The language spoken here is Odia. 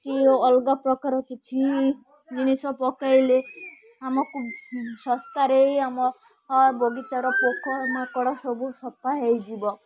କି ଅଲଗା ପ୍ରକାର କିଛି ଜିନିଷ ପକାଇଲେ ଆମକୁ ଶସ୍ତାରେ ଆମ ବଗିଚାର ପୋକ ମାଙ୍କଡ଼ ସବୁ ସଫା ହେଇଯିବ